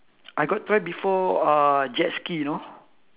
I got try before uh jet ski you know